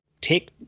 take